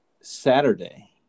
Saturday